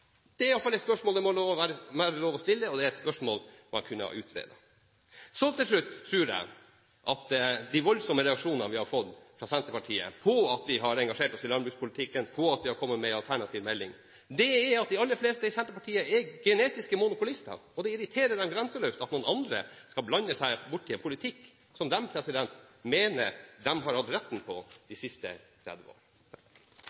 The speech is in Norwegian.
til de voldsomme reaksjonene vi har fått fra Senterpartiet på at vi har engasjert oss i landbrukspolitikken og kommet med en alternativ melding, er at de aller fleste i Senterpartiet er genetiske monopolister, og det irriterer dem grenseløst at noen andre skal blande seg borti en politikk som de mener de har hatt rett på de